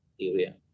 area